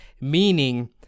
meaning